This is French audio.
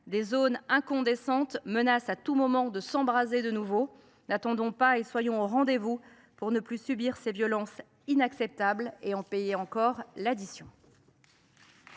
Des zones incandescentes menacent à tout moment de s’embraser de nouveau. N’attendons pas et soyons au rendez vous pour ne plus subir ces violences inacceptables et en payer l’addition